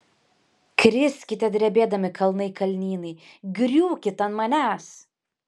kriskite drebėdami kalnai kalnynai griūkit ant manęs